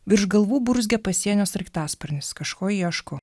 virš galvų burzgia pasienio sraigtasparnis kažko ieško